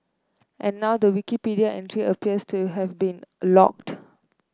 and now the Wikipedia entry appears to have been an locked